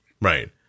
Right